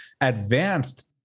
advanced